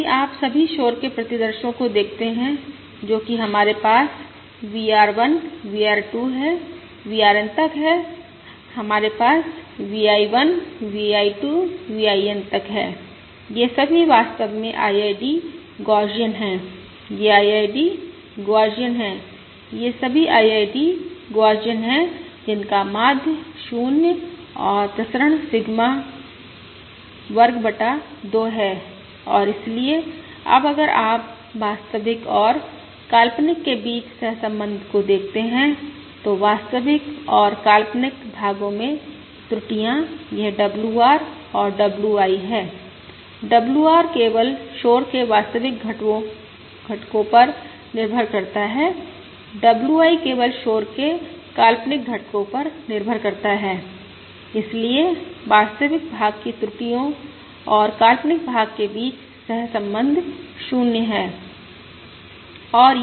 अब यदि आप सभी शोर के प्रतिदर्शो को देखते हैं जोकि हमारे पास VR 1 है VR 2 है VRN तक है हमारे पास VI 1 VI 2 VIN तक है ये सभी वास्तव में IID गौसियन हैं ये IID गौसियन हैं ये सभी IID गौसियन हैं जिनका माध्य 0 और प्रसरण सिग्मा वर्ग बटा 2 हैं और इसलिए अब अगर आप वास्तविक और काल्पनिक के बीच सहसंबंध को देखते हैं तो वास्तविक और काल्पनिक भागों में त्रुटियां यह WR और WI है WR केवल शोर के वास्तविक घटकों पर निर्भर करता है WI केवल शोर के काल्पनिक घटकों पर निर्भर करता है इसलिए वास्तविक भाग की त्रुटियों और काल्पनिक भाग के बीच सह संबंध 0 है